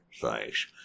thanks